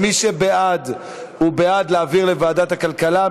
מי שבעד הוא בעד להעביר לוועדת הכלכלה,